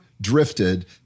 drifted